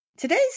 Today's